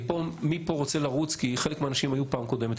אני מפה רוצה לרוץ כי חלק מהאנשים היו בפעם הקודמת,